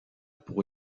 pour